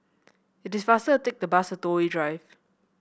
it is faster to take the bus to Toh Yi Drive